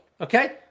okay